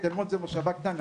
תל-מונד זו מושבה קטנה.